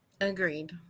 Agreed